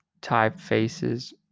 typefaces